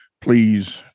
please